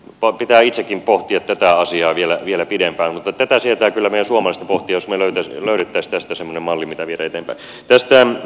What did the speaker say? minun pitää itsekin pohtia tätä asiaa vielä pidempään mutta tätä sietää kyllä meidän suomalaisten pohtia jos me löytäisimme tästä semmoisen mallin mitä viedä eteenpäin